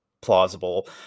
plausible